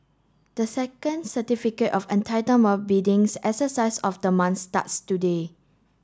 the second Certificate of Entitlement biddings exercise of the month starts today